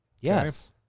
Yes